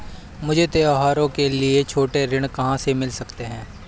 मुझे त्योहारों के लिए छोटे ऋण कहाँ से मिल सकते हैं?